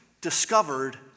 discovered